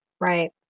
right